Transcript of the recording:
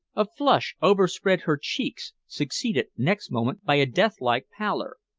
a flush overspread her cheeks, succeeded next moment by a death-like pallor.